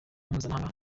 mpuzamahanga